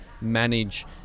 manage